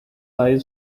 eye